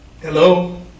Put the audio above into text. Hello